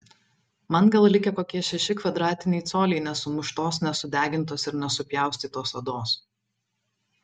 man gal likę kokie šeši kvadratiniai coliai nesumuštos nesudegintos ir nesupjaustytos odos